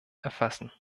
erfassen